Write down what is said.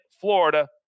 Florida